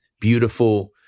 beautiful